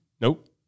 Nope